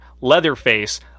Leatherface